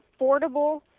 affordable